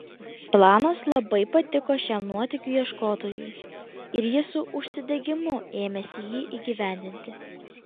planas labai patiko šiam nuotykių ieškotojui ir jis su užsidegimu ėmėsi jį įgyvendinti